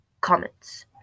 comments